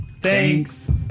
Thanks